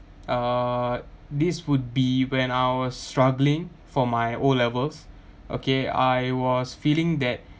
uh this would be when I was struggling for my O levels okay I was feeling that